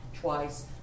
twice